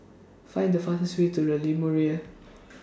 Find The fastest Way to The Lumiere